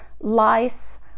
lice